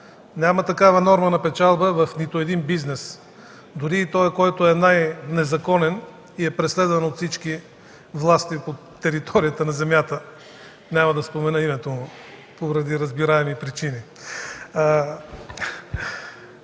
Няма такава норма на печалба в нито един бизнес, дори и в най-незаконния, преследван от всички власти на територията на земята. Няма да спомена името му поради разбираеми причини.